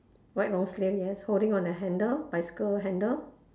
white long sleeve yes holding on the handle bicycle handle